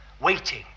waiting